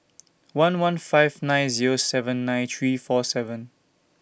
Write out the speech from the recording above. one one five nine Zero seven nine three four seven